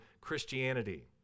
Christianity